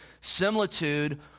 similitude